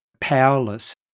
powerless